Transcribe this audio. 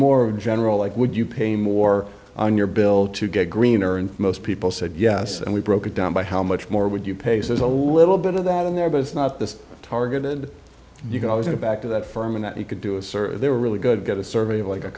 more of a general like would you pay more on your bill to get greener and most people said yes and we broke it down by how much more would you pay says a little bit of that in there but it's not the target and you can always go back to that firm that you could do a search they were really good get a survey of like a